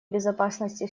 безопасности